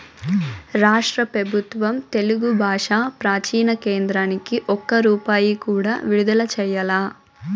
రాష్ట్ర పెబుత్వం తెలుగు బాషా ప్రాచీన కేంద్రానికి ఒక్క రూపాయి కూడా విడుదల చెయ్యలా